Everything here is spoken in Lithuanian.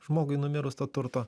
žmogui numirus to turto